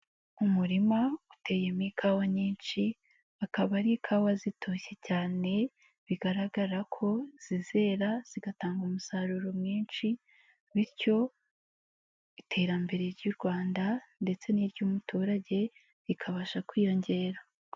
Umurima uteyemo ikawa nyinshi, akaba ari ikawa zitoshye cyane bigaragara ko zizera zigatanga umusaruro mwinshi, bityo iterambere ry'u Rwanda ndetse n'iry'umuturage rikabasha kwiyongera.